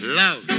love